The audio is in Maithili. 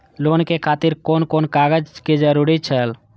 लोन के खातिर कोन कोन कागज के जरूरी छै?